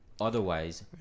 Otherwise